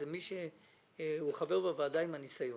הכוונה למי שחבר בוועדה ויש לו ניסיון.